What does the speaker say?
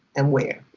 and where?